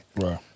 Right